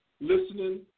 listening